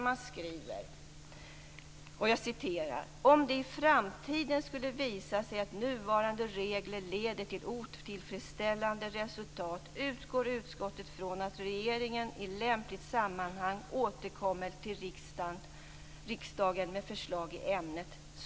Man skriver i stället: "Om det i framtiden skulle visa sig att nuvarande regler leder till otillfredsställande resultat utgår utskottet från att regeringen i lämpligt sammanhang återkommer till riksdagen med förslag i ämnet."